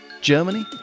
Germany